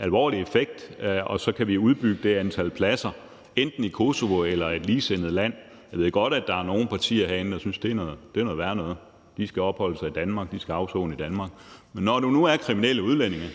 alvorlig effekt, og så kan vi udbygge det antal pladser enten i Kosovo eller i et ligesindet land. Jeg ved godt, at der er nogle partier herinde, der synes det er noget værre noget, og at de indsatte skal opholde sig i Danmark, de skal afsone i Danmark. Men når det nu er kriminelle udlændinge,